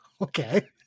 Okay